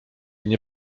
nie